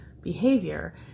behavior